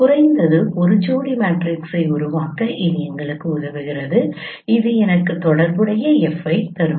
குறைந்தது ஒரு ஜோடி மேட்ரிக்ஸை உருவாக்க இது எங்களுக்கு உதவுகிறது இது எனக்கு தொடர்புடைய F ஐ தரும்